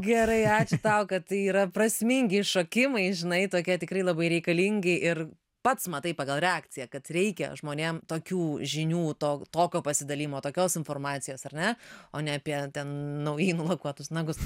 gerai ačiū tau kad tai yra prasmingi išsišokimai žinai tokie tikrai labai reikalingi ir pats matai pagal reakciją kad reikia žmonėm tokių žinių to tokio pasidalijimo tokios informacijos ar ne o ne apie naujai nulakuotus nagus